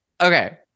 okay